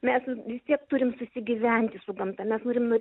mes vis tiek turim susigyventi su gamta mes norim